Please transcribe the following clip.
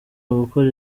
ugukora